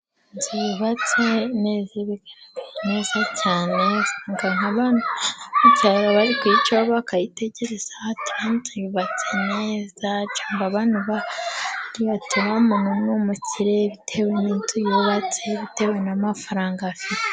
Inzu yubatse neza iba igaragara neza cyane, usanga nk'abantu bo mu cyaro baba bari kuyicaho bakayitegereza, bati iriya nzu yubatse neza, cyangwa abandi bati uriya muntu ni umukire bitewe n'inzu yubatse, bitewe n'amafaranga afite.